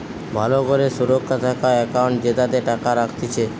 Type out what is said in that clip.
ভালো করে সুরক্ষা থাকা একাউন্ট জেতাতে টাকা রাখতিছে